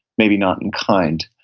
maybe not in kind.